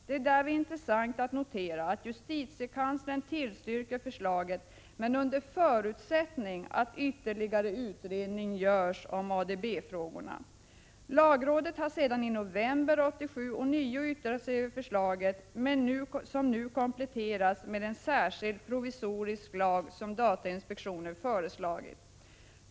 Det är därvid intressant att notera att justitiekanslern tillstyrker förslaget, men under förutsättning att ytterligare utredning görs om ADB-frågorna. 79 Lagrådet har i november 1987 ånyo yttrat sig över förslaget, som nu kompletterats med en särskild provisorisk lag, vilken datainspektionen föreslagit.